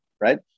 right